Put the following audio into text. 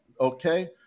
okay